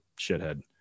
shithead